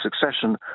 succession